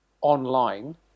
online